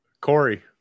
Corey